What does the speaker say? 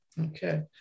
okay